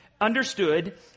understood